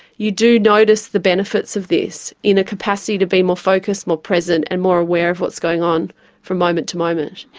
you do notice the benefits of this in a capacity to be more focus, more present and more aware of what's going on from moment to moment.